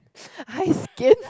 ice skin